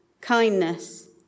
kindness